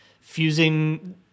fusing